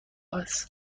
است